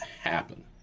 happen